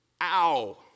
ow